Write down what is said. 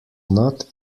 not